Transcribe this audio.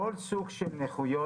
כל סוג של נכות,